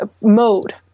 mode